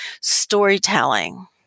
storytelling